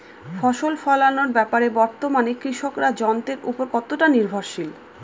ফসল ফলানোর ব্যাপারে বর্তমানে কৃষকরা যন্ত্রের উপর কতটা নির্ভরশীল?